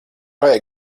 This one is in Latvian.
vajag